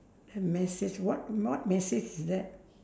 a message what what message is that